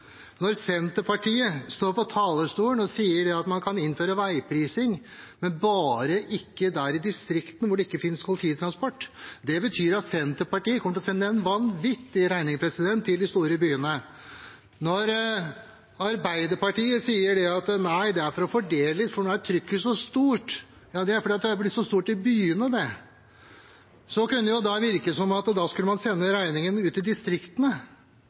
Senterpartiet står på talerstolen og sier at man kan innføre veiprising, men bare ikke i distriktene hvor det ikke finnes kollektivtransport. Det betyr at Senterpartiet kommer til å sende en vanvittig regning til de store byene. Arbeiderpartiet sier at nei, det er for å fordele, for nå er trykket så stort. Det er fordi det er blitt så stort i byene. Så kunne det virke som om man skulle sende regningen ut til distriktene,